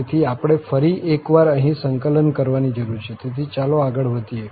તેથી આપણે ફરી એકવાર અહીં સંકલન કરવાની જરૂર છે તેથી ચાલો આગળ વધીએ